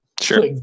Sure